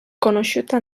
conosciuta